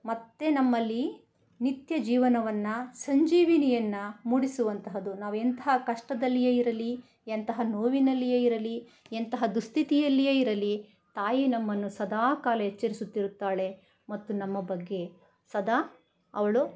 ಮತ್ತೆ ನಮ್ಮಲ್ಲಿ ನಿತ್ಯ ಜೀವನವನ್ನು ಸಂಜೀವಿನಿಯನ್ನು ಮೂಡಿಸುವಂತಹದ್ದು ನಾವು ಎಂತಹ ಕಷ್ಟದಲ್ಲಿಯೇ ಇರಲಿ ಎಂತಹ ನೋವಿನಲ್ಲಿಯೇ ಇರಲಿ ಎಂತಹ ದುಃಸ್ಥಿತಿಯಲ್ಲಿಯೇ ಇರಲಿ ತಾಯಿ ನಮ್ಮನ್ನು ಸದಾ ಕಾಲ ಎಚ್ಚರಿಸುತ್ತಿರುತ್ತಾಳೆ ಮತ್ತು ನಮ್ಮ ಬಗ್ಗೆ ಸದಾ ಅವಳು